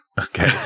Okay